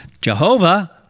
Jehovah